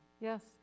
yes